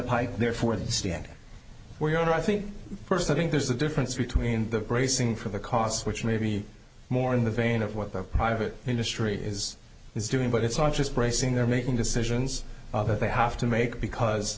pike therefore the standing where you are i think first i think there's a difference between bracing for the costs which may be more in the vein of what the private industry is doing but it's not just bracing they're making decisions that they have to make because